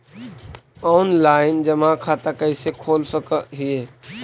Online जमा खाता कैसे खोल सक हिय?